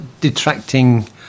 detracting